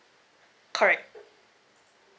correct